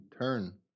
turn